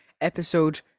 Episode